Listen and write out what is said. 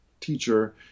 teacher